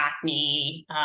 acne